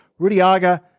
Rudyaga